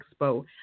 Expo